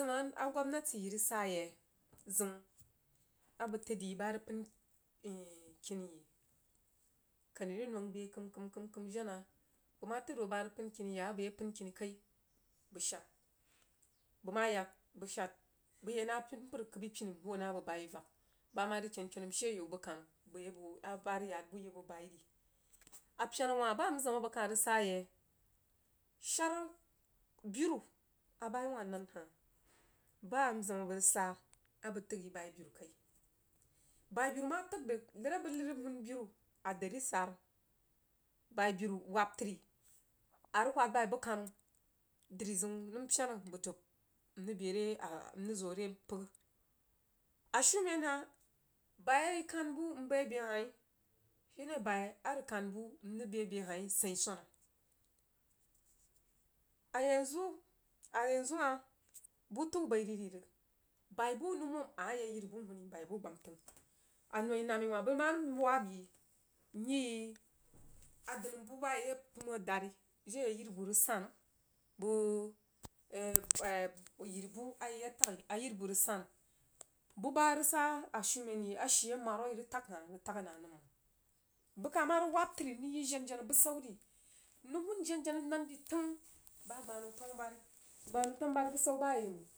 Bəzəu a gwamnati yiri sa yei zəu abəg təd yi ba rəg pən kiniye kani rəg nong be kəm kəm kəm jena bəg ma təd ho ba rəg pən kini yak a bəg ye pən kini kai bən shad bəg yak bəg shad. Bəg ye na agunpər kəib pini n hoo na bəg bai vak ba ma rəg ken kenu nohe yau bu kanu bəg aba rəg ya'd bu yi bəg bai ri. Apena wah ba am zim a bəg kah rəg sa yei shar biru abai wah nan heh, ba a zim a bəg rəg saa bəg təg yi bai biru kai. Bai biru ma təg rəg nəriabəg nəri rəg hun biru a dari sara bai biru wab təri a rəg whad bai bu kanu drizəun nəm pena bəg dub n rəg bere n rəg zore pəgh shumen hah bai a i kanbu mbe be hah shine bai nəri kan bu mbəi be hah tsein swana. A yanzu, a yenzu hah bu təu bai ri rəg bai bu numon ama yak yiri bu huni bia bu gbamtəng. Anoi nam'i wah bə nəm ma nəm wab yi n yiyi adənibu ba iye pəm deri jiri a yiribu rəg san bəg bu ayi ya taghi ayiri bu rəg san. Buba arəg sa shumen a shii amaru a irəg tag hah rəg tag nəm məng bəg kah ma rəg wab təri n rəg yi jena jena bəsauri nrəg hun jena jena nan dəi təng ba gba nəu tanubori, bəg gba nəu tanu bari bəsau bayei nəng.